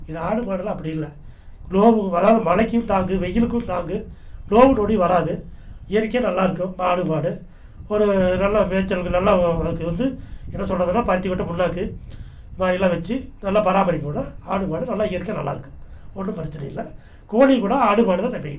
இதை ஆடு மாடெல்லாம் அப்படி இல்ல நோவு வராது மழைக்கும் தாங்கும் வெயிலுக்கும் தாங்கும் நோவு நொடி வராது இயற்கையா நல்லாருக்கும் ஆடு மாடு ஒரு நல்ல மேய்ச்சல்கள் நல்லா அதுக்கு வந்து என்ன சொல்றதுன்னா பருத்திக்கொட்டை புண்ணாக்கு இதைமாரியெல்லாம் வச்சு நல்லா பராமரிப்பு பண்ணினா ஆடு மாடு நல்லா இயற்கையாக நல்லாயிருக்கும் ஒன்றும் பிரச்சினை இல்லை கோழியக்கூட ஆடு மாடுதான் நன்மைகள்